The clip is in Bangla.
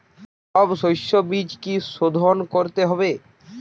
সব শষ্যবীজ কি সোধন করতে হবে?